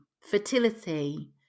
fertility